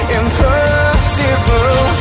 impossible